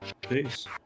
Peace